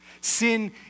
Sin